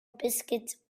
biscuits